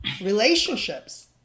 relationships